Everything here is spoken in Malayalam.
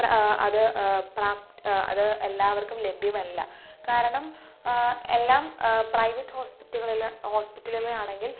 അത് അത് പ്ര എല്ലാവർക്കും ലഭ്യമല്ല കാരണം എല്ലാം പ്രൈവറ്റ് ഹോസ്പിറ്റലുകളിൽ ഹോസ്പിറ്റലുകളിൽ ആണെങ്കിൽ